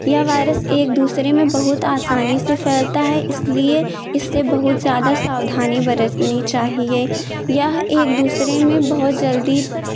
यह वायरस एक दूसरे में बहुत आसानी से फैलता है इसलिए इससे बहुत ज़्यादा सावधानी बरतनी चाहिए यह एक दूसरे में भी बहुत जल्दी